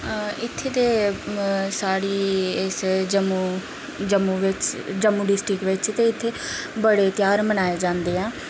इत्थें ते साढ़ी इस जम्मू जम्मू बिच्च जम्मू डिस्ट्रिक बिच्च ते इत्थें बड़े ध्यार मनाए जंदे ऐ